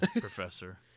professor